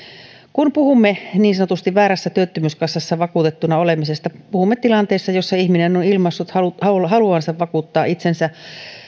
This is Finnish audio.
kun puhumme niin sanotusti väärässä työttömyyskassassa vakuutettuna olemisesta puhumme tilanteesta jossa ihminen on ilmaissut haluavansa vakuuttaa itsensä